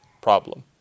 problem